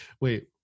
Wait